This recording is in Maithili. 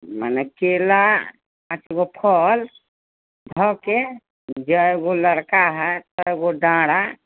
मने केरा पाँच गो फल धऽ कऽ जए गो लड़का हइ तए गो डारा